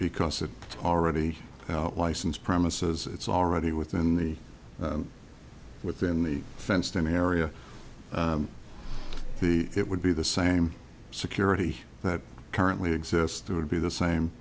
because it already licensed premises it's already within the within the fenced in area the it would be the same security that currently exists there would be the same